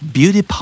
Beauty